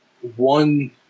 One